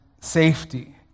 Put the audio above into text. safety